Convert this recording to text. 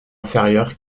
inférieure